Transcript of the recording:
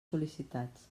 sol·licitats